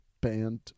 band